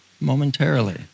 momentarily